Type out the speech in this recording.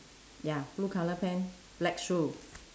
ya blue colour pant black shoe